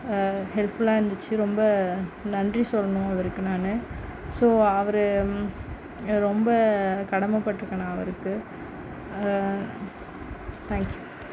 ஹெல்ப்ஃபுல்லாக இருந்துச்சு ரொம்ப நன்றி சொல்லணும் அவருக்கு நான் ஸோ அவர் ரொம்ப கடமைப்பட்டு இருக்கேன் நான் அவருக்கு தேங்க் யூ